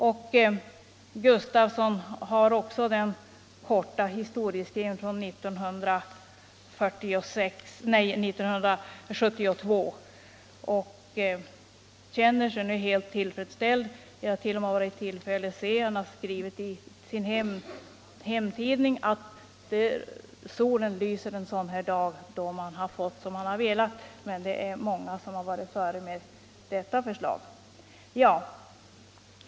Också herr Gustafssons historieskrivning går tillbaka bara till 1972. Han känner sig nu helt tillfredsställd. Jag har t.o.m. varit i tillfälle att se att han har skrivit i sin hemortstidning att solen lyser en sådan här dag, då man har fått som man har velat. Men det är många som har varit före med detta förslag!